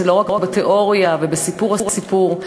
לא רק בתיאוריה ובסיפור הסיפור,